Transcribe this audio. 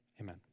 Amen